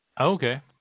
Okay